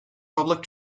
public